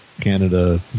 Canada